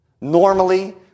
Normally